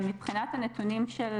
מבחינת הנתונים של